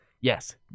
Yes